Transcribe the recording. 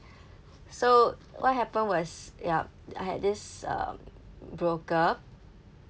so what happen was yup I had this uh broker